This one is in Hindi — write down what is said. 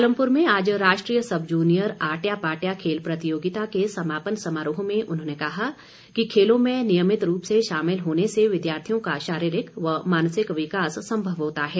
पालमपुर में आज राष्ट्रीय सब जूनियर आटया पाटया खेल प्रतियोगिता के समापन समारोह में उन्होंने कहा कि खेलों में नियमित रूप से शामिल होने से विद्यार्थियों का शारीरिक व मानसिक विकास संभव होता है